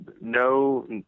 no